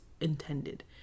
intended